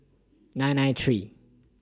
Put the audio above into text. nine nine three